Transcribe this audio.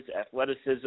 athleticism